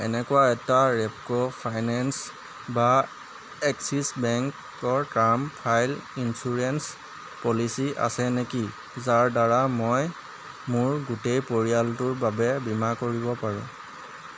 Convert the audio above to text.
এনেকুৱা এটা Repco finance বা এক্সিছ বেংকৰ টাৰ্ম ফাইল ইন্সুৰেঞ্চ পলিচী আছে নেকি যাৰ দ্বাৰা মই মোৰ গোটেই পৰিয়ালটোৰ বাবে বীমা কৰিব পাৰোঁ